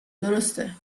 درسته